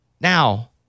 now